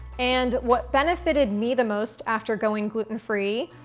and, what benefited me the most after going gluten free,